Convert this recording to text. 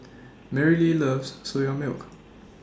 Merrily loves Soya Milk